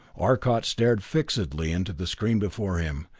arcot stared fixedly into the screen before him,